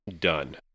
done